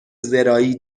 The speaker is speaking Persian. زراعی